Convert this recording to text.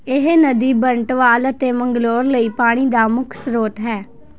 ਇਹ ਨਦੀ ਬੰਟਵਾਲ ਅਤੇ ਮੰਗਲੌਰ ਲਈ ਪਾਣੀ ਦਾ ਮੁੱਖ ਸਰੋਤ ਹੈ